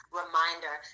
reminder